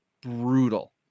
brutal